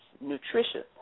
nutritious